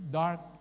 dark